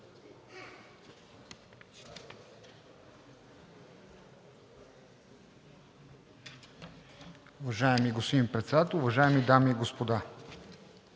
Уважаеми господин Председател, уважаеми дами и господа!